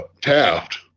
Taft